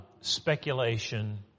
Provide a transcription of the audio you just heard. speculation